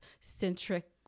centric